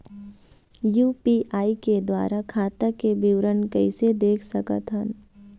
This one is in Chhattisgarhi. यू.पी.आई के द्वारा खाता के विवरण कैसे देख सकत हन?